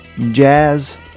jazz